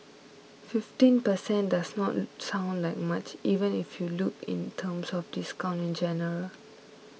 fifteen per cent does not sound like much even if you look in terms of discount in general